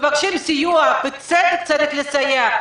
מבקשים סיוע, ובצדק צריך לסייע.